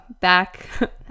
back